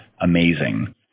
amazing